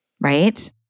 right